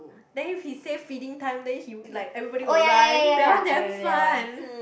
then if he say feeding time then he will like everybody will run that one damn fun